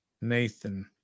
Nathan